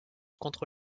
contre